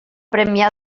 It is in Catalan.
premià